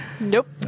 Nope